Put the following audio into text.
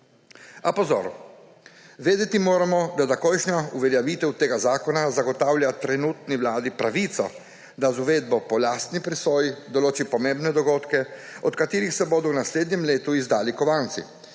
A pozor, vedeti moramo, da takojšnja uveljavitev tega zakona zagotavlja trenutni vladi pravico, da z uvedbo po lastni presoji določi pomembne dogodke, ob katerih se bodo v naslednjem letu izdali kovanci.